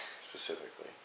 specifically